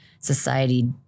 society